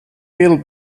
will